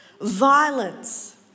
Violence